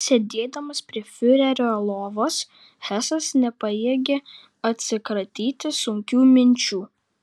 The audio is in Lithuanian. sėdėdamas prie fiurerio lovos hesas nepajėgė atsikratyti sunkių minčių